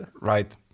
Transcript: Right